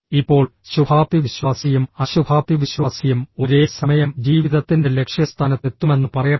ഇപ്പോൾ ശുഭാപ്തിവിശ്വാസിയും അശുഭാപ്തിവിശ്വാസിയും ഒരേ സമയം ജീവിതത്തിന്റെ ലക്ഷ്യസ്ഥാനത്ത് എത്തുമെന്ന് പറയപ്പെടുന്നു